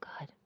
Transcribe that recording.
good